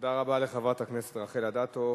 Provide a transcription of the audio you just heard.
תודה רבה לחברת הכנסת רחל אדטו.